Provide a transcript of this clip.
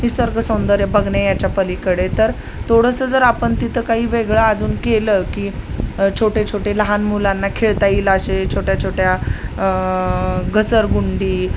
निसर्ग सौंदर्य बघणे याच्या पलीकडे तर थोडंसं जर आपन तिथं काही वेगळं अजून केलं की छोटे छोटे लहान मुलांना खेळता येईल अशे छोट्या छोट्या घसरगुंडी